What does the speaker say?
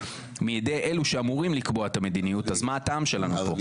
מידי אלו שאמורים לקבוע את המדיניות אז מה הטעם שלנו פה?